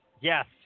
Yes